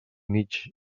mig